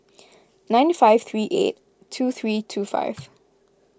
nine five three eight two three two five